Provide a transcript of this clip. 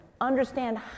understand